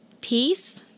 peace